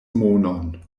monon